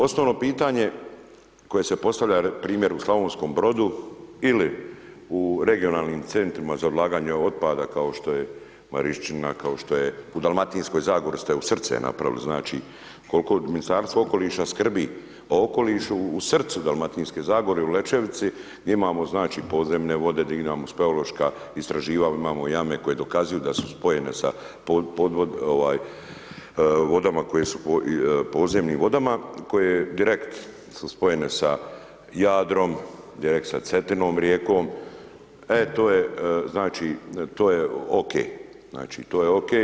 Osnovno pitanje koje se postavlja primjer u Slavonskom Brodu ili u regionalnim centrima za odlaganje otpada kao što je Marišćina, kao što je u Dalmatinskoj zagori ste u srce napravili, znači kolko Ministarstvo okoliša skrbi o okolišu, u srcu Dalmatinske zagore u Lečevici, gdje imamo znači podzemne vode, gdje imamo speološka istraživanja, imamo jame koje dokazuju da su spojene sa ovaj vodama koje su podzemnim vodama koje direkt su spojene sa Jadrom, sa Cetinom rijekom, e to je znači, to je OK, znači to je OK.